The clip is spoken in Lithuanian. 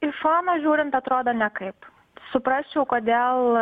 iš šono žiūrint atrodo nekaip suprasčiau kodėl